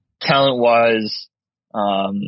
talent-wise